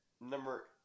Number